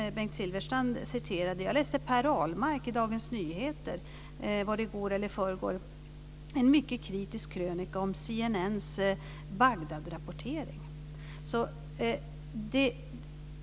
Jag läste Per Ahlmark i Dagens Nyheter i går eller i förrgår. Det var en mycket kritisk krönika om CNN:s Bagdadrapportering.